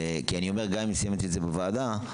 גם אם סיימתי את זה בוועדה,